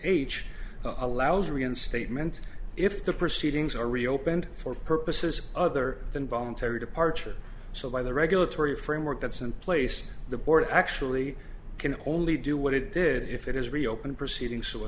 age allows reinstatement if the proceedings are reopened for purposes other than voluntary departure so by the regulatory framework that's in place the board actually can only do what it did if it has reopened proceeding